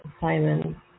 Simon